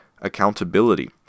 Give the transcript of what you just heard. accountability